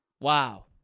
Wow